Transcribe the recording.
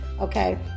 Okay